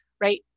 right